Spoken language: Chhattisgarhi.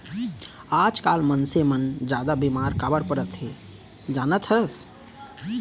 आजकाल मनसे मन जादा बेमार काबर परत हें जानत हस?